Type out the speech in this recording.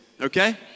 Okay